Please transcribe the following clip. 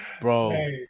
Bro